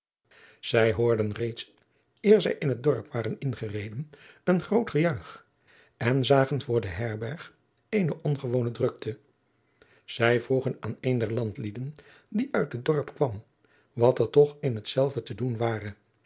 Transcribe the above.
zij hoorden reeds eer zij in het dorp waren ingereden een groot gejuich en zagen voor de herberg eene ongewone drukte zij vroegen aan een der landlieden die uit het dorp kwam wat er toch in hetzelve te doen ware